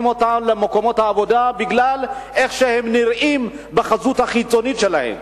אותם למקומות העבודה בגלל החזות החיצונית שלהם,